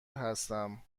هستم